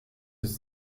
his